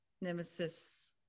Nemesis